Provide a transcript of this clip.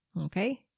Okay